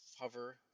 hover